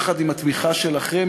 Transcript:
יחד עם התמיכה שלכם,